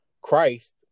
Christ